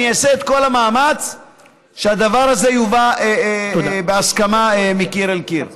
אני אעשה את כל המאמץ שהדבר הזה יובא בהסכמה מקיר אל קיר.